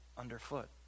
underfoot